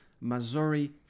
Missouri